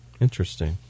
Interesting